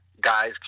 guys